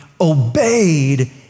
obeyed